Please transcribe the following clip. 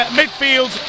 midfield